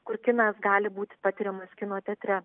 kur kinas gali būti patiriamas kino teatre